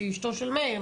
אשתו של מאיר,